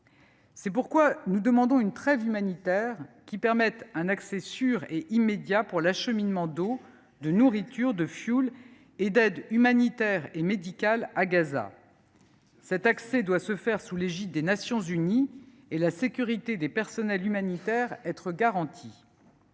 C’est pourquoi nous demandons une trêve humanitaire qui permette un accès sûr et immédiat pour l’acheminement d’eau, de nourriture, de fioul, ainsi que d’aide humanitaire et médicale à Gaza. Cet accès doit se faire sous l’égide des Nations unies et la sécurité des personnels humanitaires doit être garantie.